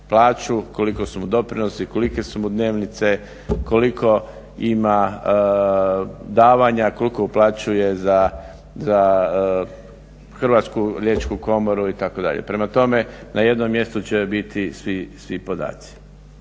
koliko su mu doprinosi, kolike su mu dnevnice, koliko ima davanja, koliko uplaćuje za Hrvatsku Riječku Komoru itd. Prema tome, na jednom mjestu će biti svi podaci.